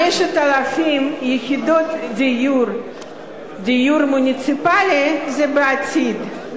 5,000 יחידות דיור מוניציפלי זה בעתיד,